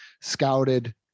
scouted